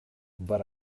but